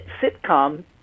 sitcom